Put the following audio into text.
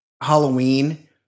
Halloween